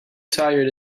tired